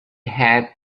had